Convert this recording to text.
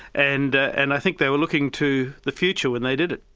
and and i think they were looking to the future when they did it.